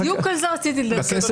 בדיוק על זה רציתי לדבר.